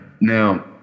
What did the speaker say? Now